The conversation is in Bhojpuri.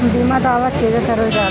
बीमा दावा केगा करल जाला?